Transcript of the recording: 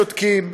שותקים,